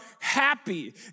happy